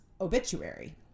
obituary